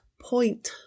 point